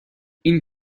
این